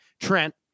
Trent